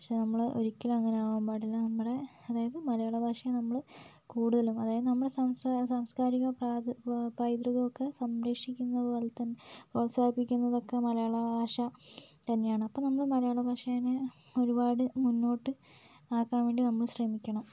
പക്ഷേ നമ്മൾ ഒരിക്കലും അങ്ങനെ ആവാൻ പാടില്ല നമ്മളെ അതായത് മലയാളഭാഷയെ നമ്മൾ കൂടുതലും അതായത് നമ്മളുടെ സംസ്കാര സാംസ്കാരിക പൈതൃകമൊക്കെ സംരക്ഷിക്കുന്നതുപോലെതന്നെ പ്രോത്സാഹിപ്പിക്കുന്നതൊക്കെ മലയാളഭാഷ തന്നെയാണ് അപ്പോൾ നമ്മൾ മലയാളഭാഷെനെ ഒരുപാട് മുന്നോട്ട് ആക്കാൻ വേണ്ടി നമ്മൾ ശ്രമിക്കണം